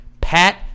Pat